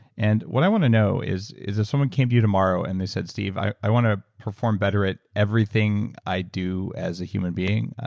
and what i want to know is, if someone came to you tomorrow and they said, steve, i i want to perform better at everything i do as a human being,